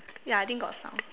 ya I think got sound